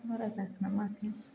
बारा जाखो ना माखो